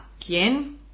¿Quién